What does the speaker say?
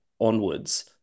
onwards